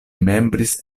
membris